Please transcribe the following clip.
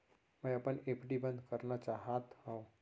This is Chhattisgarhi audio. मै अपन एफ.डी बंद करना चाहात हव